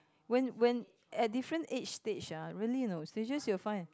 when when at different age stage ah really you know stages you will find